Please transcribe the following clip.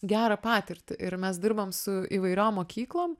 gerą patirtį ir mes dirbam su įvairiom mokyklom